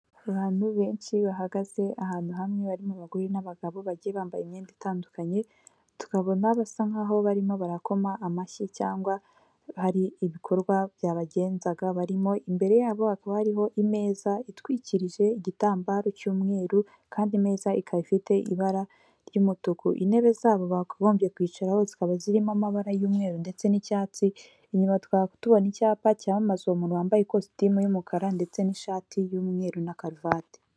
Abantu benshi bahagaze ahantu hamwe barimo abagore n'abagabo bagiye bambaye imyenda itandukanye tukabona basa nkaho barimo barakoma amashyi cyangwa hari ibikorwa byabagenzaga barimo imbere yabo hakaba harimo imeza itwikirije igitambaro cy'umweru kandi imeza ikaba ifite ibara ry'umutuku ,intebe zabo ba bakagombye kwicaraho zikaba zirimo amabara y'umweru ndetse n'icyatsi inyuma tubona icyapa cyamamaza uwo muntu wambaye ikositimu y'umukara ndetse n'ishati y'umweru na karuvati.